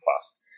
fast